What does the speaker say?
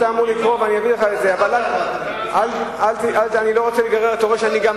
אבל אתה לא יודע על מה אתה מדבר.